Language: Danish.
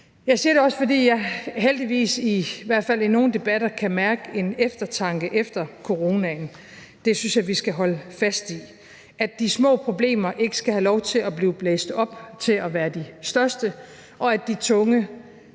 Jeg siger det også, fordi jeg heldigvis i hvert fald i nogle debatter kan mærke en eftertanke efter coronaen. Det synes jeg vi skal holde fast i, altså at de små problemer ikke skal have lov til at blive blæst op til at være de største, og at de